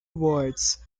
words